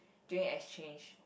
during exchange